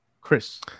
Chris